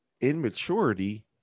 immaturity